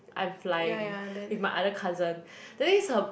I'm flying with my other cousin that means her